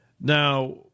Now